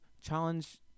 challenge